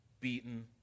beaten